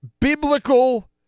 biblical